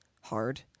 hard